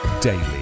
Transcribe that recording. daily